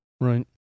Right